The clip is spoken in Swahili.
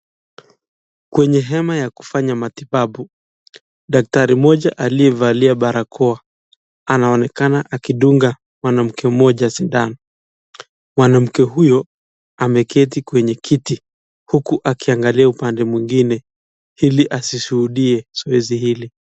Kwenye hema ya kufanya matibabu, daktari mmoja aliyevalia barakoa. Anaonekana akidunga mwanamke mmoja sindano. Mwanamke huyo ameketi kwenye kiti huku akiangalia upande mwingine ili asishuhudie zoezi hili.